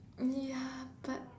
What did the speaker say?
ya but